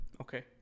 Okay